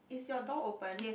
is your door open